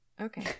Okay